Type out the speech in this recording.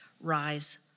Rise